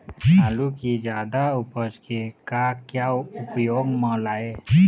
आलू कि जादा उपज के का क्या उपयोग म लाए?